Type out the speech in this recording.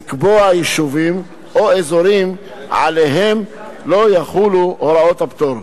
לקבוע יישובים או אזורים שעליהם לא יחולו הוראות הפטור.